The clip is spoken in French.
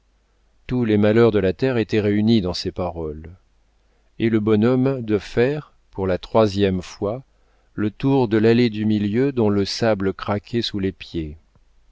tous les malheurs de la terre étaient réunis dans ces paroles et le bonhomme de faire pour la troisième fois le tour de l'allée du milieu dont le sable craquait sous les pieds